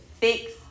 fix